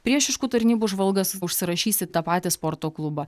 priešiškų tarnybų žvalgas užsirašys į tą patį sporto klubą